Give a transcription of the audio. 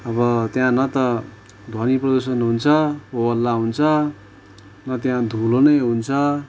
अब त्या न त ध्वनी प्रदुषण हुन्छ हो हल्ला हुन्छ न त्यहाँ धुलो नै हुन्छ